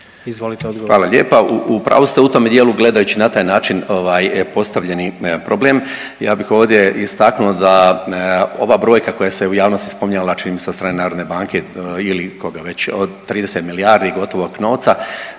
Zdravko** Hvala lijepa. U pravu ste u tom dijelu gledajući na taj način postavljeni problem. Ja bih ovdje istaknuo da ova brojka koja se u javnosti spominjala čini mi se od strane Narodne banke ili koga već od 30 milijardi gotovog novca,